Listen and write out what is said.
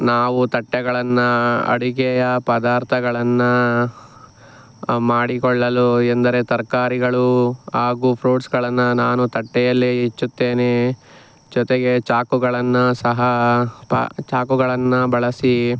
ನಾವು ತಟ್ಟೆಗಳನ್ನು ಅಡುಗೆಯ ಪದಾರ್ಥಗಳನ್ನು ಮಾಡಿಕೊಳ್ಳಲು ಎಂದರೆ ತರಕಾರಿಗಳು ಹಾಗೂ ಫ್ರೂಟ್ಸ್ಗಳನ್ನು ನಾನು ತಟ್ಟೆಯಲ್ಲೇ ಹೆಚ್ಚುತ್ತೇನೆ ಜೊತೆಗೆ ಚಾಕುಗಳನ್ನು ಸಹ ಪಾ ಚಾಕುಗಳನ್ನು ಬಳಸಿ